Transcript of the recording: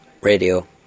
radio